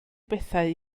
bethau